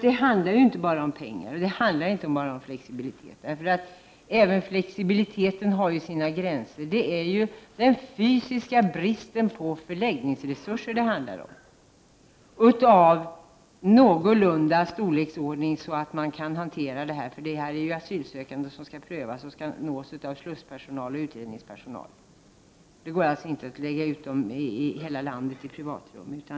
Det handlar inte bara om pengar. Det handlar inte bara om flexibilitet. Även flexibiliteten har sina gränser. Det är den fysiska bristen på förläggningsresurser av någorlunda storlek för att hantera situationen som det handlar om. Här är det de asylsökandes situation som skall prövas, och de skall nås av slusspersonal och utredningspersonal. Det går alltså inte att lägga ut dem i hela landet i privatrum.